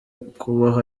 kubaho